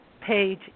page